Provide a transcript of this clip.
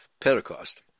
Pentecost